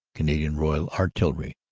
canadian royal artillery.